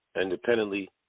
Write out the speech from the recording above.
independently